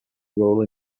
rural